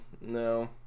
no